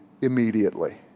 immediately